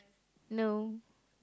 no